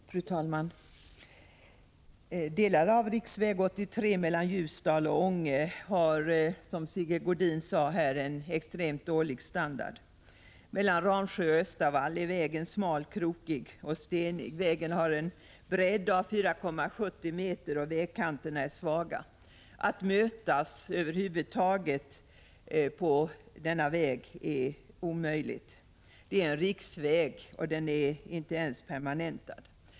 Fru talman! Delar av riksväg 83 mellan Ljusdal och Ånge har, som Sigge Godin sade, en extremt dålig standard. Mellan Ramsjö och Östavall är vägen smal, krokig och stenig. Vägen har en bredd av 4,70 m, och vägkanterna är svaga. Att mötas över huvud taget på denna väg är omöjligt. Det är en riksväg, och den är inte ens permanentad.